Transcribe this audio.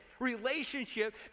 relationship